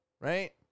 right